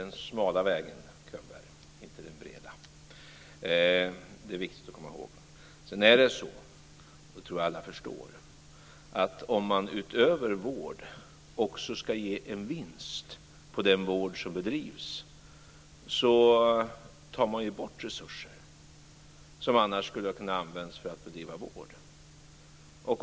Fru talman! Vi beträder den smala vägen, Könberg, inte den breda. Det är viktigt att komma ihåg. Jag tror att alla förstår att om man utöver vård också ska ge en vinst på den vård som bedrivs tar man bort resurser som annars skulle ha kunnat användas för att bedriva vård.